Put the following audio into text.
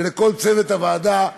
ולכל צוות הוועדה,